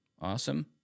Awesome